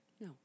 no